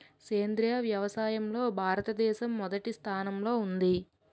సేంద్రీయ వ్యవసాయంలో భారతదేశం మొదటి స్థానంలో ఉంది